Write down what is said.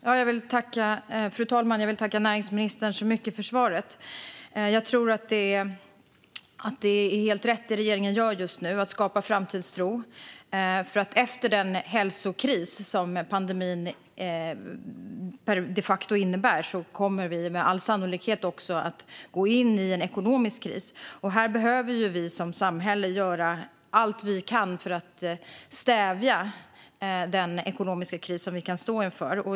Fru talman! Jag vill tacka näringsministern för svaret. Jag tror att det som regeringen gör just nu, att skapa framtidstro, är helt rätt. Efter den hälsokris som pandemin de facto är kommer vi nämligen med all sannolikhet att också gå in i en ekonomisk kris. Samhället behöver göra allt vi kan för att stävja den ekonomiska kris vi kan stå inför.